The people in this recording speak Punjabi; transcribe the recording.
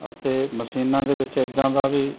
ਅਤੇ ਮਸ਼ੀਨਾਂ ਦੇ ਵਿੱਚ ਇੱਦਾਂ ਦਾ ਵੀ